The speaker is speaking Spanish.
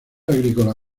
agrícola